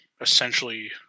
essentially